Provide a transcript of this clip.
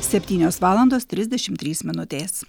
septynios valandos trisdešimt trys minutės